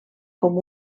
com